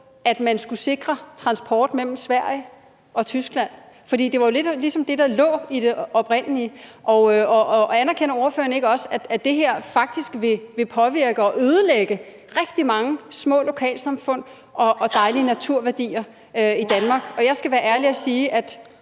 at man skulle sikre transport mellem Sverige og Tyskland? Det var ligesom det, der lå i den oprindelige plan. Og anerkender ordføreren ikke også, at det her faktisk vil påvirke og ødelægge rigtig mange små lokalsamfund og dejlige naturværdier i Danmark? Og jeg skal være ærlig og sige, at